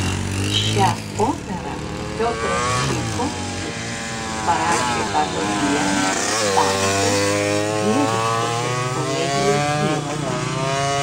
šią operą piotras čaikovskis parašė pagal vieną dantės dieviškosios komedijos giesmę